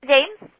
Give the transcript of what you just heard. James